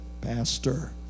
pastor